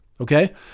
okay